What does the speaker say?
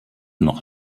noch